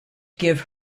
give